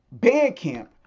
Bandcamp